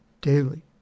daily